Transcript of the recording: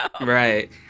Right